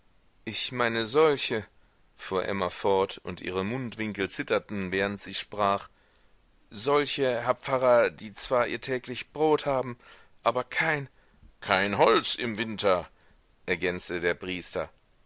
ich meine solche fuhr emma fort und ihre mundwinkel zitterten während sie sprach solche herr pfarrer die zwar ihr täglich brot haben aber kein kein holz im winter ergänzte der priester